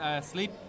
sleep